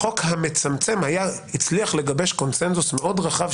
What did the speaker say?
החוק המצמצם הצליח לגבש קונצנזוס מאוד רחב,